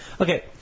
Okay